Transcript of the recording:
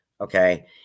Okay